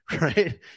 right